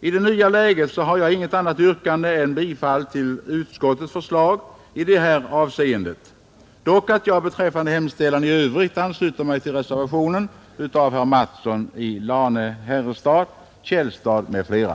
I det nya läget har jag inget annat yrkande än om bifall till utskottets förslag i detta avseende — dock att jag beträffande hemställan i övrigt ansluter mig till reservationen av herrar Mattsson i Lane-Herrestad, Källstad m.fl.